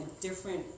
different